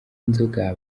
inzoga